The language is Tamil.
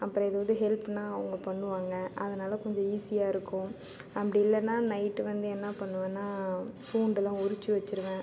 அப்புறம் ஏதாவது ஹெல்ப்னால் அவங்க பண்ணுவாங்க அதனால் கொஞ்சம் ஈசியாக இருக்கும் அப்படி இல்லைன்னா நைட் வந்து என்ன பண்ணுவேன்னால் பூண்டு எல்லாம் உரித்து வச்சுடுவேன்